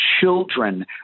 children